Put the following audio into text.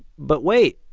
but wait,